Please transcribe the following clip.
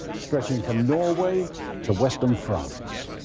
stretching from norway to western france.